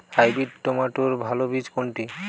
Hybrid টমেটোর ভালো বীজ কোনটি?